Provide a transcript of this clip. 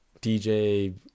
dj